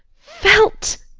felt.